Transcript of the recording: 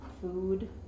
food